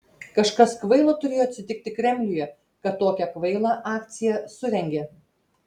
kažkas kvailo turėjo atsitiki kremliuje kad tokią kvailą akciją surengė